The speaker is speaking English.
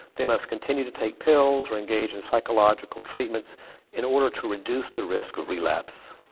they must continue to take pills, or engage in psychological treatments in order to reduce the risk of relapse.